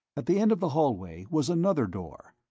at the end of the hallway was another door.